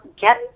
get